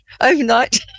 overnight